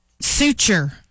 Suture